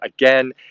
again